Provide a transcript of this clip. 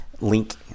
link